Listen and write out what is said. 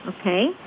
Okay